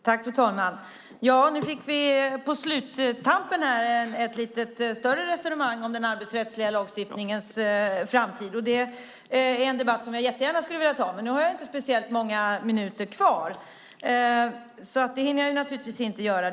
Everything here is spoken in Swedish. Fru talman! Nu fick vi på sluttampen här ett lite större resonemang om den arbetsrättsliga lagstiftningens framtid. Det är en debatt som jag jättegärna skulle vilja ta, men nu har jag inte speciellt många minuter på mig, så det hinner jag naturligtvis inte göra.